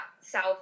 south